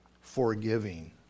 Forgiving